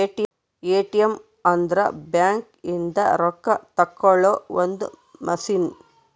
ATM ಅಂದ್ರ bank ಇಂದ ರೊಕ್ಕ ತೆಕ್ಕೊಳೊ ಒಂದ್ ಮಸಿನ್